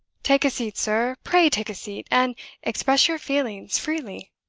take a seat, sir, pray take a seat, and express your feelings freely.